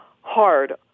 hard